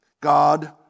God